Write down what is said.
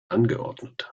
angeordnet